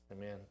amen